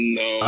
no